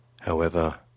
However